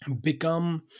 become